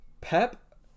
Pep